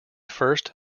first